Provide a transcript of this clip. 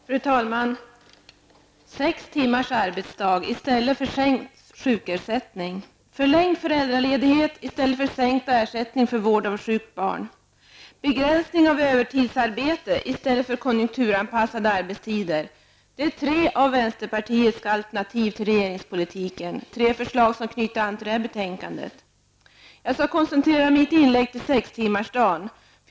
Fru talman! Sex timmars arbetsdag i stället för sänkt sjukersättning. Förlängd föräldraledighet i stället för sänkt ersättning för vård av sjukt barn. Begränsning av övertidsarbete i stället för konjunkturanpassad arbetstid. Det är tre av vänsterpartiets alternativ till regeringspolitiken, tre förslag som knyter an till detta betänkande. Jag skall koncentrera mitt inlägg till sextimmarsdagen.